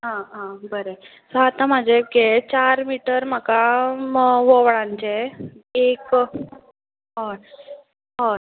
आं आं बरें सो आतां म्हाजे हे चार मिटर म्हाका वोंवळांचे एक हय हय